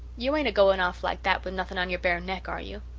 you ain't a-going off like that with nothing on your bare neck, are you?